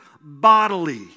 bodily